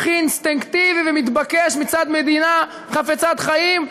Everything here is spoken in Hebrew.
הכי אינסטינקטיבי ומתבקש מצד מדינה חפצת חיים,